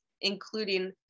including